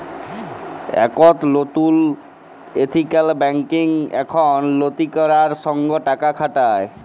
একট লতুল ethical banking এখন লৈতিকতার সঙ্গ টাকা খাটায়